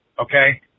okay